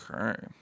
Okay